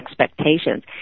expectations